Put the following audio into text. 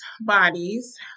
bodies